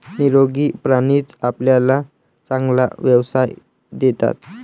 निरोगी प्राणीच आपल्याला चांगला व्यवसाय देतात